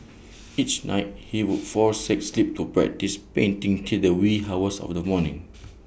each night he would forsake sleep to practise painting till the wee hours of the morning